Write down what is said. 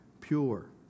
pure